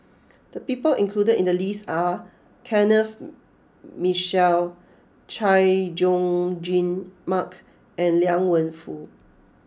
the people included in the list are Kenneth Mitchell Chay Jung Jun Mark and Liang Wenfu